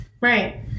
Right